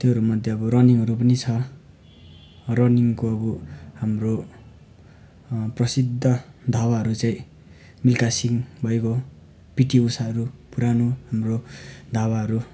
त्योहरू मध्ये अब रनिङहरू पनि छ रनिङको अब हाम्रो प्रसिद्ध धावकहरू चाहिँ मिल्खा सिंह भइगयो पिटी ऊषाहरू पुरानो हाम्रो धावकहरू